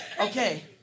Okay